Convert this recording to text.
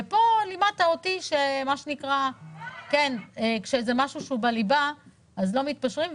ופה לימדת אותי שכשזה משהו שהוא בליבה אז לא מתפשרים,